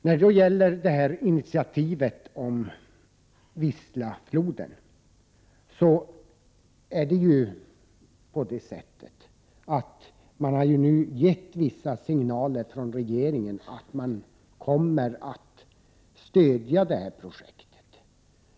När det gäller initiativet om projekt kring floden Wisla har regeringen gett vissa signaler om att den kommer att stödja projekt.